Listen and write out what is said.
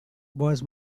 was